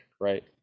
right